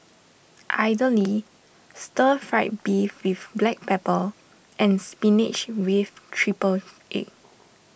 Idly Stir Fried Beef with Black Pepper and Spinach with Triple Egg